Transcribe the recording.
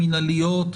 מינהליות,